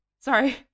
sorry